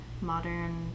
modern